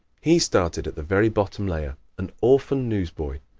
he started at the very bottom layer, an orphan newsboy.